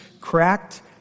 cracked